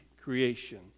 creation